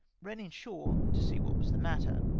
ran in shore to see what was the matter.